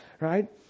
right